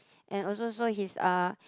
and also so his uh